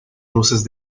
luces